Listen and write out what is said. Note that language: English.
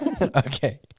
okay